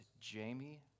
Jamie